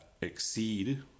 exceed